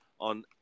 on